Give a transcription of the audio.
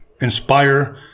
inspire